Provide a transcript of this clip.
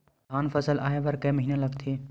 धान फसल आय बर कय महिना लगथे?